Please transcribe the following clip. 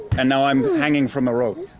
and now i'm hanging from a rope.